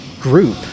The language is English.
group